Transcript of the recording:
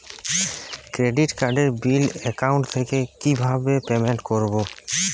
Credit কার্ডের bill account থেকে কিভাবে পেমেন্ট করবো?